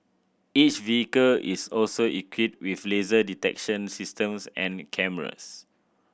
each vehicle is also equipped with laser detection systems and cameras